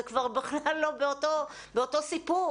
זה כבר בכלל לא באותו סיפור.